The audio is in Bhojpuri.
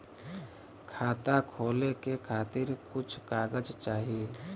खाता खोले के खातिर कुछ कागज चाही?